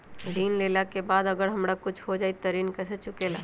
ऋण लेला के बाद अगर हमरा कुछ हो जाइ त ऋण कैसे चुकेला?